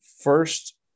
first